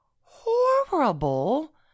horrible